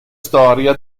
storia